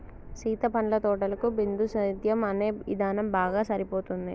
సీత పండ్ల తోటలకు బిందుసేద్యం అనే ఇధానం బాగా సరిపోతుంది